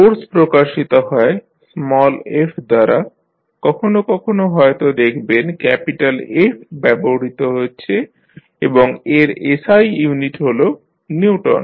force প্রকাশিত হয় small f দ্বারা কখনও কখনও হয়ত দেখবেন ক্যাপিটাল F ব্যবহৃত হচ্ছে এবং এর SI ইউনিট হল নিউটন